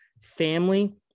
family